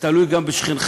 זה תלוי גם בשכנך,